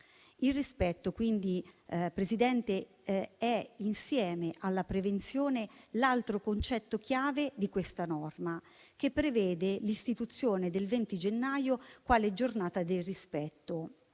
Il rispetto, Presidente, è insieme alla prevenzione l'altro concetto chiave di questa norma, che prevede l'istituzione del 20 gennaio quale Giornata nazionale del rispetto,